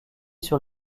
sur